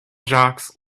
jocks